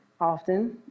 often